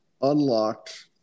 unlocked